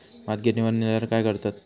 भात गिर्निवर नेल्यार काय करतत?